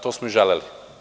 To smo i želeli.